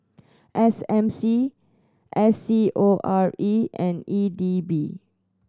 S M C S C O R E and E D B